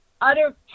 utter